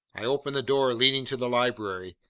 i opened the door leading to the library.